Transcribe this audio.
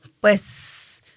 pues